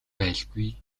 байлгүй